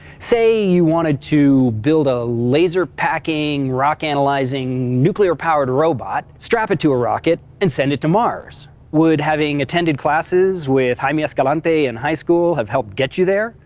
say you wanted to build a laser-packing, rock analyzing, nuclear powered robot, strap it to a rocket, and send it to mars would having attended classes with jaime escalante in high school have helped get you there?